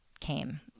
came